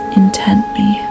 intently